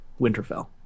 Winterfell